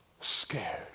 scared